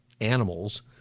animals